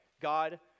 God